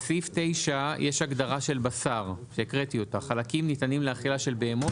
בסעיף 9 יש הגדרה של בשר שהקראתי: "חלקים ניתנים לאכילה של בהמות,